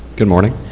good morning.